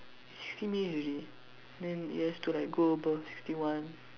sixty minutes already then it has to like go above sixty one